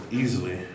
easily